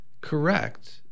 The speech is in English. Correct